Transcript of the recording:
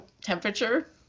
temperature